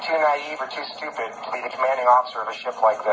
i like that